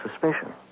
suspicion